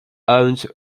owns